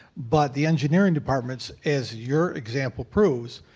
but the engineering departments, as your example proves,